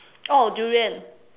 oh durian